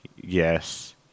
Yes